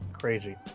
crazy